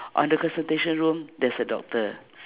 on the consultation room there's a doctor